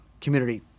community